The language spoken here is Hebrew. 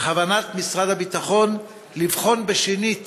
בכוונת משרד הביטחון לבחון שנית